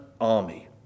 army